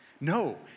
No